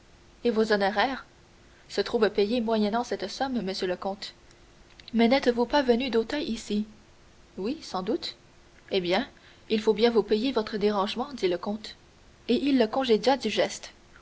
et vos honoraires se trouvent payés moyennant cette somme monsieur le comte mais n'êtes-vous pas venu d'auteuil ici oui sans doute eh bien il faut bien vous payer votre dérangement dit le comte et il le congédia du geste